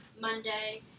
Monday